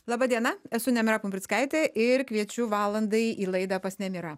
laba diena esu nemira pumprickaitė ir kviečiu valandai į laidą pas nemirą